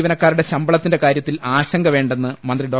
ജീവനക്കാരുടെ ശമ്പളത്തിന്റെ കാരൃത്തിൽ ആശങ്ക വേണ്ടെന്ന് മന്ത്രി ഡോ